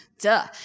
Duh